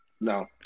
No